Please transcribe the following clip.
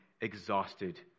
exhausted